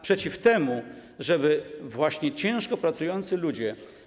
Przeciw temu, żeby właśnie ciężko pracujący ludzie.